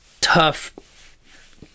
tough